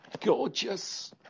gorgeous